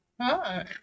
hi